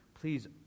please